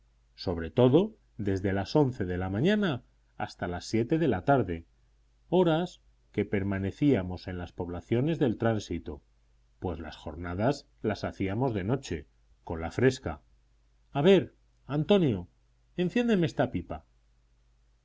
sobre todo desde las once de la mañana hasta las siete de la tarde horas que permanecíamos en las poblaciones del tránsito pues las jornadas las hacíamos de noche con la fresca a ver antonio enciéndeme esta pipa